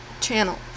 channel